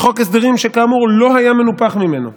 בחוק הסדרים שכאמור לא היה מנופח ממנו,